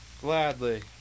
Gladly